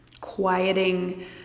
Quieting